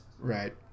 Right